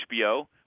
HBO